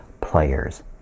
players